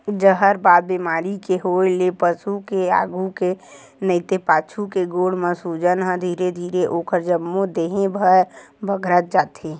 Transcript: जहरबाद बेमारी के होय ले पसु के आघू के नइते पाछू के गोड़ म सूजन ह धीरे धीरे ओखर जम्मो देहे भर म बगरत जाथे